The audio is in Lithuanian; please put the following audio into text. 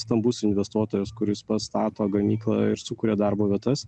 stambus investuotojas kuris pastato gamyklą ir sukuria darbo vietas